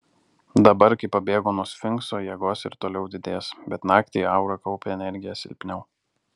dabar kai pabėgo nuo sfinkso jėgos ir toliau didės bet naktį aura kaupia energiją silpniau